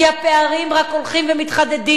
כי הפערים רק הולכים ומתחדדים,